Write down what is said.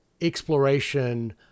exploration